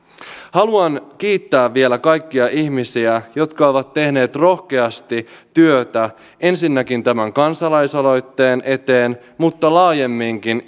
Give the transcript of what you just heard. haluan kiittää vielä kaikkia ihmisiä jotka ovat tehneet rohkeasti työtä ensinnäkin tämän kansalaisaloitteen eteen mutta laajemminkin